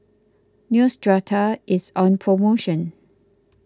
Neostrata is on promotion